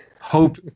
hope